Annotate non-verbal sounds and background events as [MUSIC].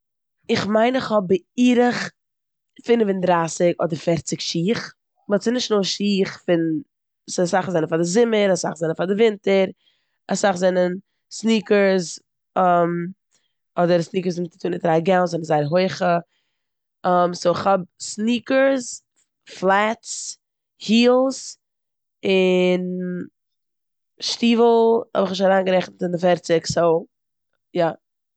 איך ממין איך האב בערך פינף און דרייסיג אדער פערציג שיך באט ס'נישט נאר שיך פון- ס'איז אסאך זענען פאר די זוממער, אסאך זענען פאר די ווינטער, אסאך זענען סניקערס, [HESITATION] אדער סניקערס וואס מ'טוט אן אונטער א גאון זענען זייער הויעכע. [HESITATION] סאו כ'האב סניקערס, פלעטס, הילס, און שטיוול האב איך נישט אריינגערעכנט אין די פערציג סאו, יא.